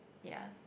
yea